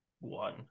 one